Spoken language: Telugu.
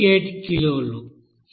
88 కిలోలు